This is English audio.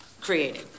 creating